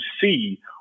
see